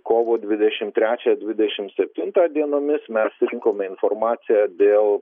kovo dvidešimt trečią dvidešimt septintą dienomis mes surinkome informaciją dėl